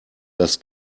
das